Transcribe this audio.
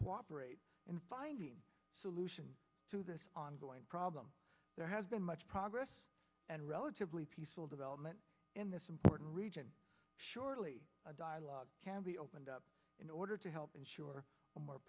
cooperate in finding a solution to this ongoing problem there has been much progress and relatively peaceful development in this important region surely a dialogue can be opened up in order to help ensure a more